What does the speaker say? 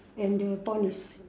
and the pond is